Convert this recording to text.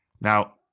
Now